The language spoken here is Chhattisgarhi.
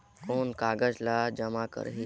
कौन का कागज ला जमा करी?